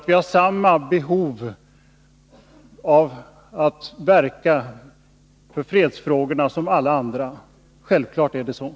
Vi har samma behov av att verka för fredsfrågor som alla andra. Det är självklart.